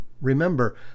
Remember